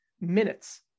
minutes